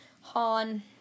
Han